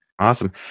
Awesome